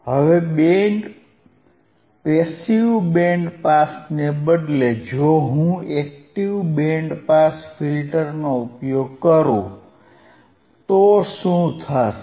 હવે passive band પાસને બદલે જો હું એક્ટીવ બેન્ડ પાસ ફિલ્ટરનો ઉપયોગ કરું તો શું થશે